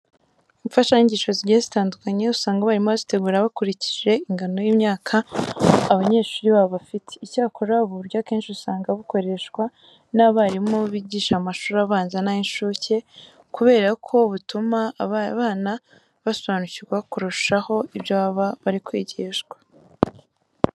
Imfashanyigisho zigiye zitandukanye usanga abarimu bazitegura bakurikije ingano y'imyaka abanyeshuri babo bafite. Icyakora ubu buryo akenshi usanga bukoreshwa n'abarimu bigisha mu mashuri abanza n'ay'incuke kubera ko butuma aba bana basobanukirwa kurushaho ibyo baba bari kwigishwa.